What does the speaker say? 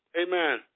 amen